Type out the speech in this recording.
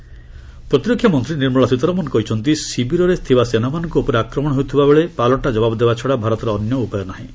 ସୀତାରମଣ ପ୍ରତିରକ୍ଷାମନ୍ତ୍ରୀ ନିର୍ମଳା ସୀତାରମଣ କହିଛନ୍ତି ଯେ ଶିବିରରେ ଥିବା ସେନାମାନଙ୍କ ଉପରେ ଆକ୍ରମଣ ହେଉଥିବାବେଳେ ପାଲଟା ଜବାବ ଦେବା ଛଡା ଭାରତର ଅନ୍ୟ ଉପାୟ ନାହିଁ